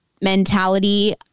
mentality